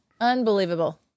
Unbelievable